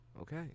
Okay